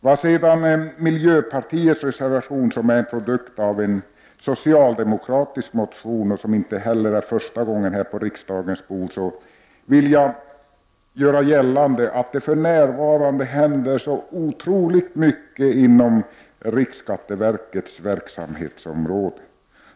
Vad beträffar miljöpartiets reservation om utlokalisering av viss verksamhet, ett förslag som är en produkt av en socialdemokratisk motion och som inte är första gången på riksdagens bord, vill jag göra gällande att det för närvarande händer så otroligt mycket inom riksskatteverkets verksamhetsområde.